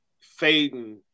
fading